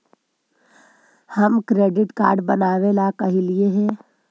हम credit card बनावे ला कहलिऐ हे?